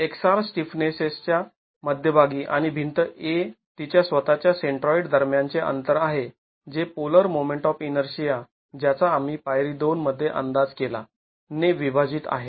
x R स्टिफनेसच्या मध्यभागी आणि भिंत A तिच्या स्वतःच्या सेंट्राॅईड दरम्यानचे अंतर आहे जे पोलर मोमेंट ऑफ इनर्शिया ज्याचा आम्ही पायरी २ मध्ये अंदाज केला ने विभाजित आहे